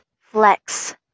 flex